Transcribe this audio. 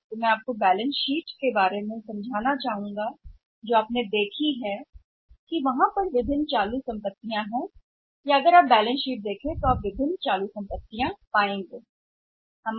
तो जब आप के बारे में बात करते हैं प्राप्य खातों मैं उस पर एक प्रकाश फेंकना चाहूंगा जो आपके पास बैलेंस शीट में हो सकता है देखा कि अलग अलग वर्तमान संपत्ति हैं या यदि आप बैलेंस शीट देखते हैं तो आप पाएंगे अलग वर्तमान संपत्ति